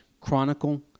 chronicle